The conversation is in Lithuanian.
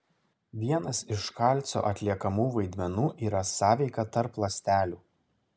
vienas iš kalcio atliekamų vaidmenų yra sąveika tarp ląstelių